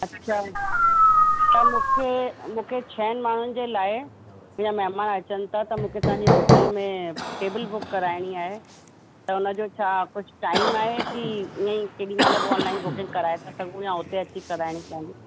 अच्छा त मूंखे मूंखे छहनि माण्हुनि जे लाइ मुंहिंजा महिमान अचनि था त मूंखे तव्हांजी होटल में टेबल बुक कराइणी आहे त हुनजो छा कुझु टाइम आहे कि इअं ई केॾी महिल बि ऑनलाइन बुकिंग कराए था सघूं या हुते अची कराइणी पवंदी